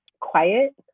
quiet